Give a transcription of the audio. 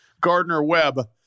Gardner-Webb